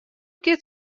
giet